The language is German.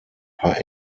paar